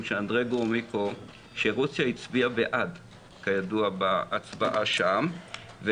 אנדרי גרומיקו שרוסיה הצביעה בעד כידוע בהצבעה שם,